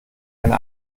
eine